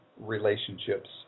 relationships